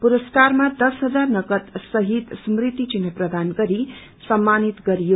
पुरसकारमा दश हजार नगद सहित स्मृति चिन्ह प्रदान गरि सममानित गरियो